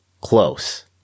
close